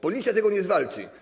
Policja tego nie zwalczy.